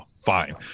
fine